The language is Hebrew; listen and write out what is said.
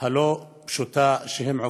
בתקופה הלא-פשוטה שהם עוברים.